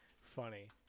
funny